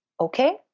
okay